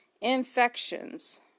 Infections